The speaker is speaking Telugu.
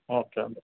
ఓకే అండి